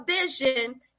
vision